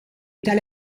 tale